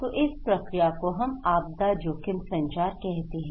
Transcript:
तो इस प्रक्रिया को हम आपदा जोखिम संचार कहते हैं